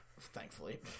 thankfully